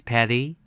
Patty